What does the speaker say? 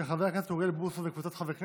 של חבר הכנסת אוריאל בוסו וקבוצת חברי הכנסת.